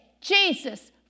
Jesus